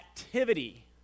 activity